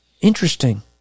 Interesting